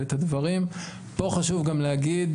פה חשוב להגיד